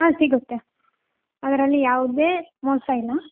ಹಾಂ ಸಿಗುತ್ತೆ ಅದರಲ್ಲಿ ಯಾವುದೇ ಮೋಸ ಇಲ್ಲ